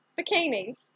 Bikinis